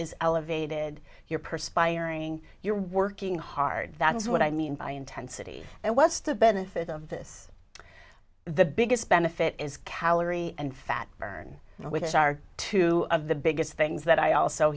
is elevated you're perspiring you're working hard that is what i mean by intensity and what's the benefit of this the biggest benefit is calorie and fat burn and with us are two of the biggest things that i also